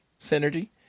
synergy